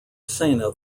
sena